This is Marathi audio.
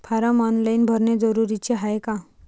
फारम ऑनलाईन भरने जरुरीचे हाय का?